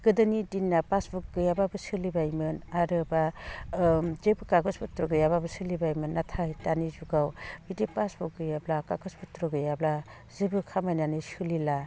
गोदोनि दिनाव पासबुक गैयाब्लाबो सोलिबायमोन आरो बा जेबो कागज पत्र गैयाब्लाबो सोलिबायमोन नाथाय दानि जुगाव बिदि पासबुक गैयाब्ला कागज पत्र गैयाब्ला जेबो खामानियानो सोलिला